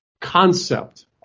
concept